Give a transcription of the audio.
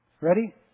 Ready